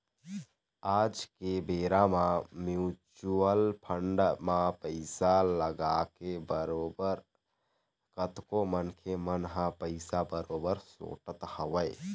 आज के बेरा म म्युचुअल फंड म पइसा लगाके बरोबर कतको मनखे मन ह पइसा बरोबर सोटत हवय